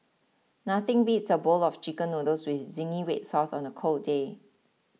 nothing beats a bowl of Chicken Noodles with Zingy Red Sauce on a cold day